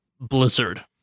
Blizzard